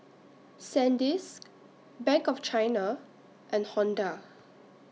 Sandisk Bank of China and Honda